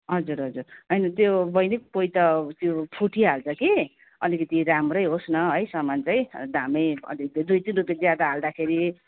हजुर हजुर होइन त्यो बहिनी कोही त त्यो फुटिहाल्छ कि अलिकति राम्रै होस् न है सामान चाहिँ दामै अलिकति दुई तिन रुपियाँ ज्यादा हाल्दाखेरि